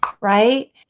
right